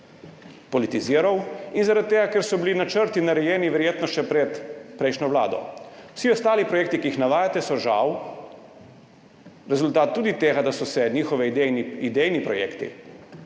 politiziral in zaradi tega ker so bili načrti narejeni verjetno še pred prejšnjo vlado. Vsi ostali projekti, ki jih navajate, so žal rezultat tudi tega, da so se njihovi idejni projekti